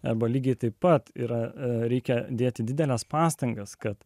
arba lygiai taip pat yra reikia dėti dideles pastangas kad